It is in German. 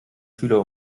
schüler